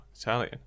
Italian